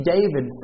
David